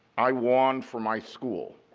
i won for my school.